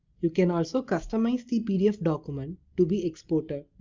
you can also customize the pdf document to be exported.